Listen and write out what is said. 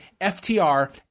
FTR